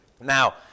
Now